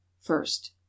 first